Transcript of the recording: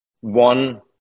one